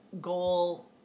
goal